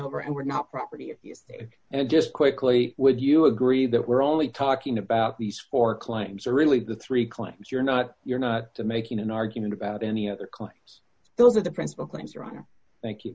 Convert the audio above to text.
over and were not property and just quickly would you agree that we're only talking about these four claims are really the three claims you're not you're not making an argument about any other claims those are the principal claims your honor thank you